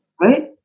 Right